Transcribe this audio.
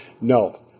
No